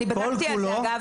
כול כולו --- אני בדקתי אגב,